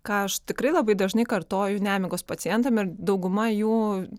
ką aš tikrai labai dažnai kartoju nemigos pacientam ir dauguma jų